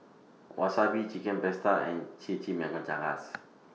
Wasabi Chicken Pasta and Chimichangas